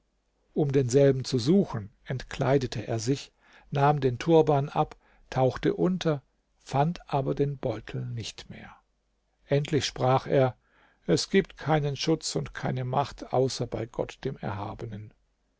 um denselben zu suchen entkleidete er sich nahm den turban ab tauchte unter fand aber den beutel nicht mehr endlich sprach er es gibt keinen schutz und keine macht außer bei gott dem erhabenen